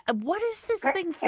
and what is this thing so